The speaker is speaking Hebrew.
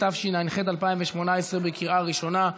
התשע"ח 2018, בקריאה ראשונה.